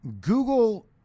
Google